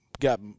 got